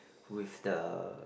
with the